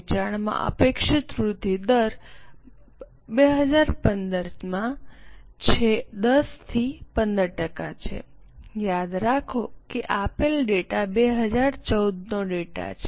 વેચાણમાં અપેક્ષિત વૃદ્ધિ દર 2015 માં છે 10 15 ટકા છે યાદ રાખો કે આપેલ ડેટા 2014 નો ડેટા છે